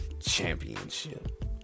championship